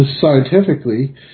scientifically